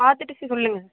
பார்த்துட்டு சொல்லுங்க